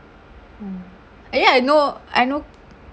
mm I mean I know I know